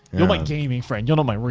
you're my gaming friend. you're not my real